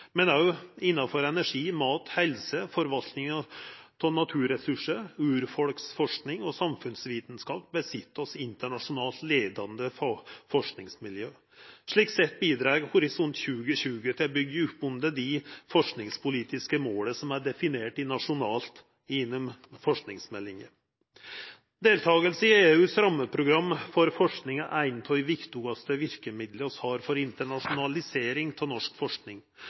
men òg innanfor energi, mat, helse, forvalting av naturressursar, urfolksforsking og samfunnsvitskap sit vi med internasjonalt leiande forskingsmiljø. Slik sett bidreg Horisont 2020 til å byggja opp under dei forskingspolitiske måla som er definert nasjonalt i forskingsmeldinga. Deltaking i EUs rammeprogram for forsking er eit av dei viktigaste verkemidla vi har for internasjonalisering av norsk forsking.